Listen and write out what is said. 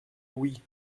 oui